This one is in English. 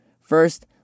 First